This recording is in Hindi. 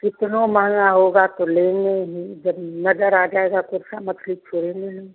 कितनो महँगा होगा तो लेंगे ही जब नजर आ जाएगा कुरसा मछली फिर ये ले लेंगे